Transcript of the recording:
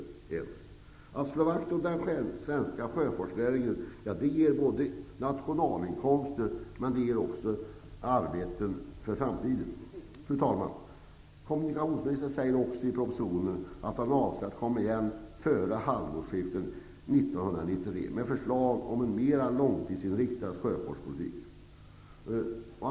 Det är viktigt att slå vakt om den svenska sjöfartsnäringen, som ger både nationalinkomster och också arbeten för framtiden. Fru talman! Kommunikationsministern säger i propositionen att han avser att återkomma före halvårsskiftet 1993 med förslag om en mer långtidsinriktad sjöfartspolitik.